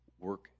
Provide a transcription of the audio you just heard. work